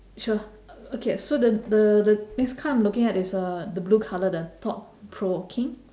sure okay so the the the next card I'm looking at is the blue colour the thought provoking